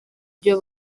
byo